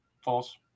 False